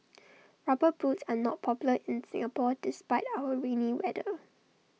rubber boots are not popular in Singapore despite our rainy weather